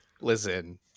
Listen